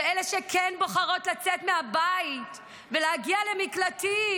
ואלה שכן בוחרות לצאת מהבית ולהגיע למקלטים